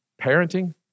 Parenting